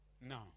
No